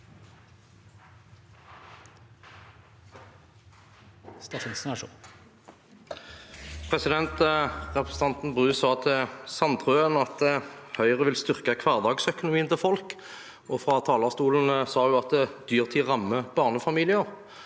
Representanten Bru sa til Sandtrøen at Høyre vil styrke hverdagsøkonomien til folk, og fra talerstolen sa hun at dyrtid rammer barnefamilier.